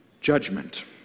judgment